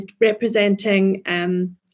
representing